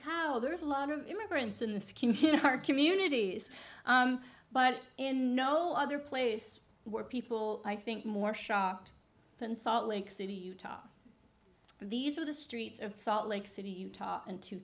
cow there is a lot of immigrants in the heart communities but in no other place were people i think more shocked than salt lake city utah these are the streets of salt lake city utah in two